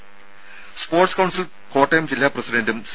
രുര sports council Kottayam ജില്ലാ പ്രസിഡന്റും സി